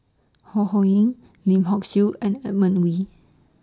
Ho Ho Ying Lim Hock Siew and Edmund Wee